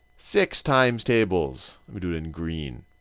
six times tables, let me do it in green.